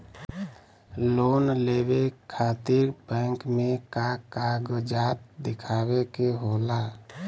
Loan लेवे खातिर bank मे का कागजात दिखावे के होला?